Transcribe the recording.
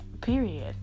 period